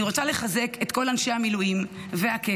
אני רוצה לחזק את כל אנשי המילואים והקבע